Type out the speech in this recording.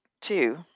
Two